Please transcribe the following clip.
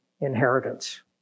inheritance